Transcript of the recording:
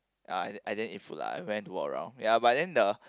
uh I didn't I didn't eat food lah I went to walk around ya but then the